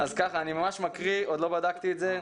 אני ממש מקריא, עוד לא בדקתי את זה: